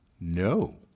No